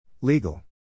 Legal